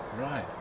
Right